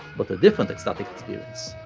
but a different ecstatic experience.